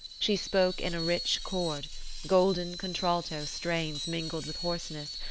she spoke in a rich chord golden contralto strains mingled with hoarseness,